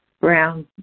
brown